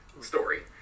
story